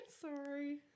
sorry